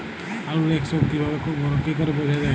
আলুর এক্সরোগ কি করে বোঝা যায়?